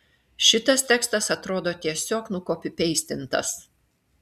šitas tekstas atrodo tiesiog nukopipeistintas